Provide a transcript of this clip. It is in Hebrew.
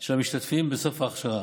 של המשתתפים בסוף ההכשרה.